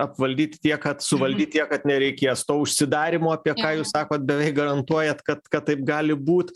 apvaldyti tiek kad suvaldyt tiek kad nereikės to užsidarymo apie ką jūs sakot beveik garantuojat kad kad taip gali būt